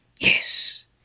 Yes